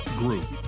group